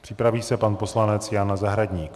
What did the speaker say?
Připraví se pan poslanec Jan Zahradník.